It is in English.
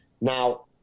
Now